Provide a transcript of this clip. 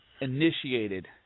initiated